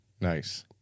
nice